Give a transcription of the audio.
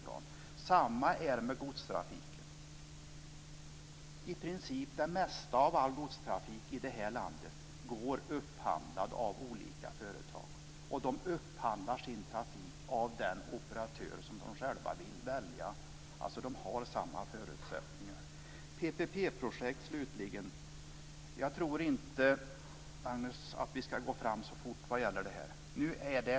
Det är på samma sätt med godstrafiken. Det mesta av godstrafiken i landet är upphandlad av olika företag. De väljer den operatör de vill. De har samma förutsättningar. Jag tror inte att vi ska gå fram så fort vad gäller PPP-projekt.